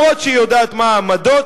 אפילו שהיא יודעת מה העמדות,